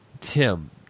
Tim